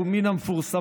הוא מן המפורסמות,